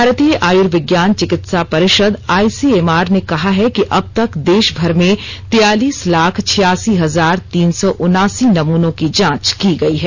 भारतीय आयर्विज्ञान चिकित्साह परिषद आई सी एम आर ने कहा है कि अब तक देशभर में तियालीस लाख छियासी हजार तीन सौ उनासी नमूनों की जांच की गई है